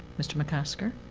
mr. mcosker,